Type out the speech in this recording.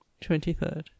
Twenty-third